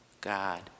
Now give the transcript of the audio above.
God